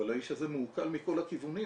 אבל האיש הזה מעוקל מכל הכיוונים,